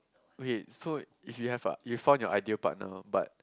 okay so if you have a you've found your ideal partner but